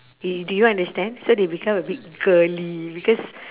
you do you understand so they become a bit girly because